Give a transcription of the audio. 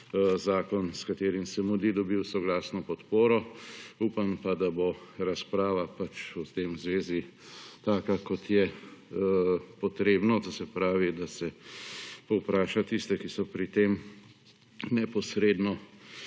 zakon, s katerim se mudi, dobil soglasno podporo. Upam pa, da bo razprava pač v tem zvezi taka, kot je potrebno. To se pravi, da se povpraša tiste, ki so pri tem neposredno